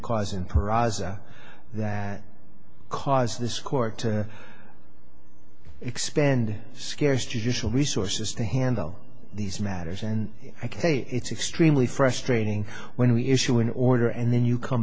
horizon that cause this court to expend scarce judicial resources to handle these matters and ok it's extremely frustrating when we issue an order and then you come